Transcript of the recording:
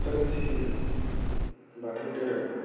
जों सिबियो बाथौ दोहोरोम